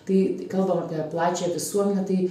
tai kalbam apie plačią visuomenę tai